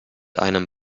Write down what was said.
einem